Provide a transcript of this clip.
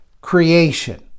creation